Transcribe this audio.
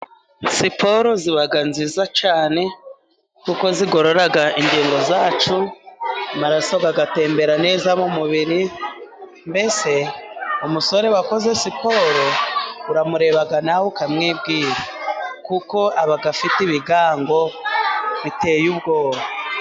Siporo ziba nziza cyane kuko zigorora ingingo zacu araso bagatembera neza mu mubiri. Mbese umusore wakoze siporo uramureba nawe ukamwibwira kuko aba afite ibigango biteye ubwoba.